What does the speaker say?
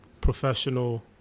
professional